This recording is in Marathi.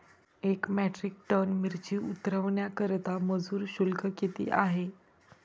एक मेट्रिक टन मिरची उतरवण्याकरता मजूर शुल्क किती आहे?